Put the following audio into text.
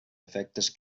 efectes